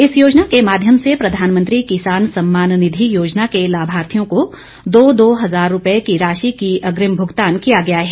इस योजना के माध्यम से प्रधानमंत्री किसान सम्मान निधि योजना के लाभार्थियों को दो दो हज़ार रूपये की राशि का अग्रिम भुगतान किया गया है